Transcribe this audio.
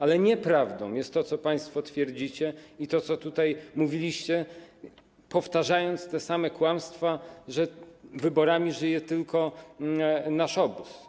Ale nieprawdą jest to, co państwo twierdzicie, i to, co tutaj mówiliście, powtarzając te same kłamstwa o tym, że wyborami żyje tylko nasz obóz.